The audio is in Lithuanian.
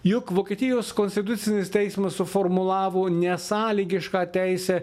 juk vokietijos konstitucinis teismas suformulavo nesąlygišką teisę